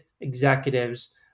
executives